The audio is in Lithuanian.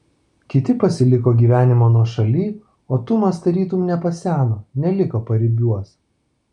kiti pasiliko gyvenimo nuošaly o tumas tarytum nepaseno neliko paribiuos